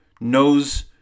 knows